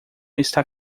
está